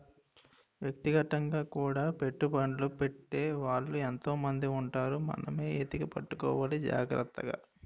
వ్యక్తిగతంగా కూడా పెట్టుబడ్లు పెట్టే వాళ్ళు ఎంతో మంది ఉంటారు మనమే ఎతికి పట్టుకోవాలి జాగ్రత్తగా